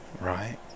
right